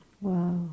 Wow